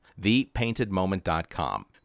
ThePaintedMoment.com